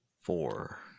Four